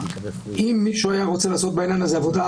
אם מישהו היה רוצה לעשות בעניין הזה עבודה